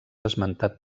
esmentat